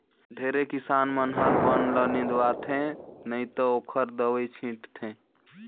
ढेरे किसान मन हर बन ल निंदवाथे नई त ओखर दवई छींट थे